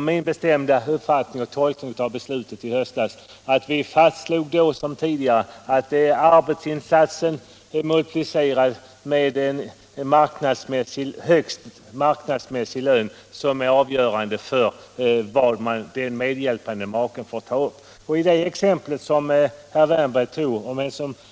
Min bestämda uppfattning och min tolkning av beslutet i höstas är att vi då liksom tidigare fastslog att det är arbetsinsatsen multiplicerad med högsta marknadsmässiga lön som skall vara avgörande för vad den medhjälpande maken får ta upp som inkomst. I det exempel som herr Wärnberg tog och